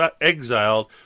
exiled